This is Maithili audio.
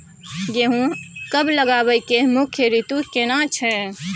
गेहूं कब लगाबै के मुख्य रीतु केना छै?